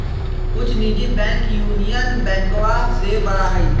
कुछ निजी bank union बैंकवा से बड़ा हई